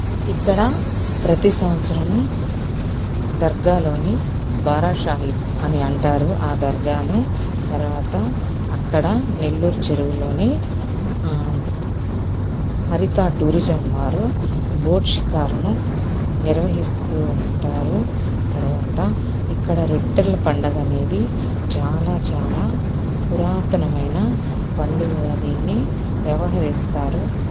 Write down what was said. ఇక్కడ ప్రతీ సంవత్సరము దర్గాలోని బారాషాహీద్ అని అంటారు ఆ దర్గాను తర్వాత అక్కడ నెల్లూరు చెరువులోని హరిత టూరిజం వారు బోట్ షికార్ను నిర్వహిస్తూ ఉంటారు తర్వాత ఇక్కడ రొట్టెర్ల పండగ అనేది చాలా చాలా పురాతనమైన పండుగగా దీన్ని వ్యవహరిస్తారు